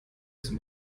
zum